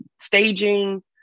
staging